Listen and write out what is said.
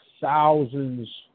thousands